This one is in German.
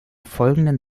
folgenden